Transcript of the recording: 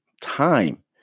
time